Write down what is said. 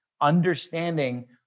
understanding